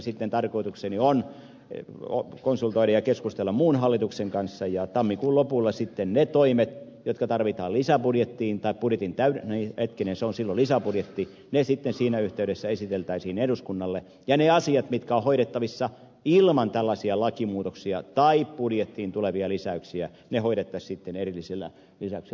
sitten tarkoitukseni on konsultoida ja keskustella muun hallituksen kanssa ja tammikuun lopulla ne toimet jotka tarvitaan lisäbudjettiintää budjetin täällä niin eettinen suosiva lisäbudjetti ei lisäbudjettiin siinä yhteydessä esiteltäisiin eduskunnalle ja ne asiat mitkä ovat hoidettavissa ilman tällaisia lakimuutoksia tai budjettiin tulevia lisäyksiä hoidettaisiin erillisellä lisäyksellä